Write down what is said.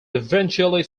eventually